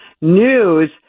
news